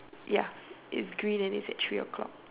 ya it's green and it's at three o'clock